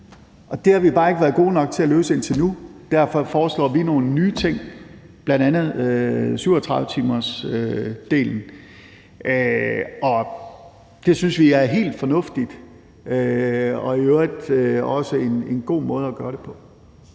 Og det har vi bare ikke været gode nok til at løse indtil nu. Derfor foreslår vi nogle nye ting, bl.a. 37-timersdelen, og det synes vi er helt fornuftigt og i øvrigt også en god måde at gøre det på.